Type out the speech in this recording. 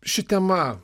ši tema